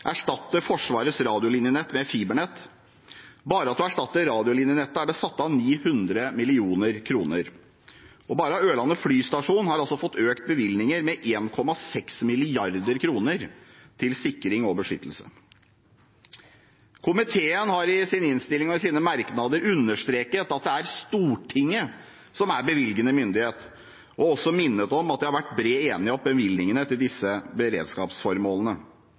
erstatte radiolinjenettet er det satt av 900 mill. kr. Ørland flystasjon har fått økte bevilgninger på 1,6 mrd. kr til sikring og beskyttelse. Komiteen har i sin innstilling og sine merknader understreket at det er Stortinget som er bevilgende myndighet, og også minnet om at det har vært bred enighet om bevilgningene til disse beredskapsformålene.